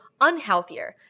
unhealthier